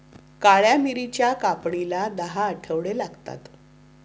काळ्या मिरीच्या कापणीला दहा आठवडे लागतात